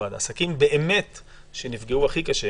העסקים שנפגעו הכי קשה